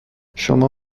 شما